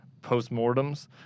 postmortems